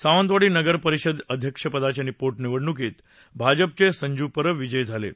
सावंतवाडी नगर परिषद अध्यक्षपदाच्या पोटनिवडण्कीत भाजपचे संजू परब विजयी झाले आहेत